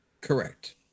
Correct